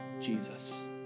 Jesus